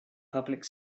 public